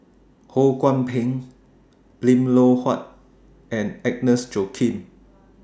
Ho Kwon Ping Lim Loh Huat and Agnes Joaquim